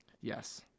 Yes